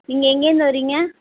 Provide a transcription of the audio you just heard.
நீங்கள் எங்கேயிந்து வரீங்க